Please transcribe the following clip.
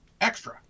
Extra